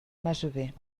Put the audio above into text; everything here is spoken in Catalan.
masover